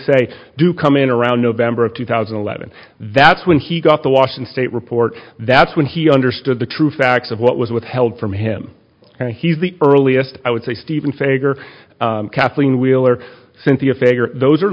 say do come in around november of two thousand and eleven that's when he got the washing state report that's when he understood the true facts of what was withheld from him and he's the earliest i would say steve in favor kathleen wheeler cynthia fager those are